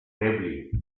gravely